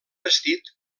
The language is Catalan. vestit